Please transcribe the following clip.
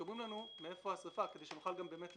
שאומרים לנו מאיפה השריפה כדי שנוכל להגיע,